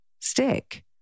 stick